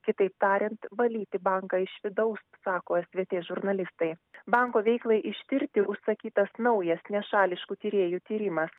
kitaip tariant valyti banką iš vidaus sako svt žurnalistai banko veiklai ištirti užsakytas naujas nešališkų tyrėjų tyrimas